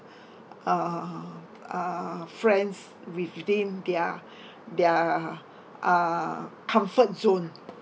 uh uh friends within their their uh comfort zone